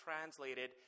translated